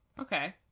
Okay